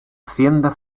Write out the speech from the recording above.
hacienda